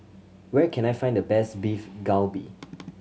where can I find the best Beef Galbi